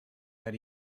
that